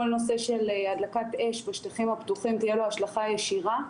כל נושא של הדלקת אש בשטחים הפתוחים תהיה לו השלכה ישירה.